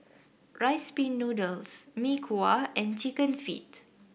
Rice Pin Noodles Mee Kuah and chicken feet